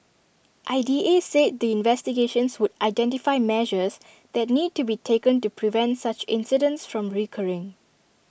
I D A said the investigations would identify measures that need to be taken to prevent such incidents from recurring